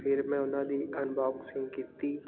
ਫਿਰ ਮੈਂ ਉਹਨਾਂ ਦੀ ਅਨਬੋਕਸਿੰਗ ਕੀਤੀ